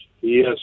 Yes